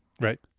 Right